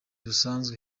busanzwe